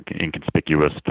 inconspicuous